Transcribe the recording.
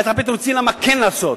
צריך לחפש תירוצים למה כן לעשות,